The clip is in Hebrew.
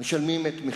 משלמים את מחירה.